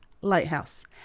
lighthouse